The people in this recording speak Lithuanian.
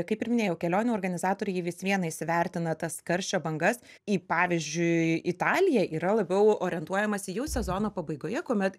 kaip ir minėjau kelionių organizatoriai jie vis viena įsivertina tas karščio bangas į pavyzdžiui italiją yra labiau orientuojamasi jau sezono pabaigoje kuomet